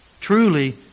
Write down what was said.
truly